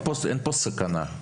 אין פה סכנה?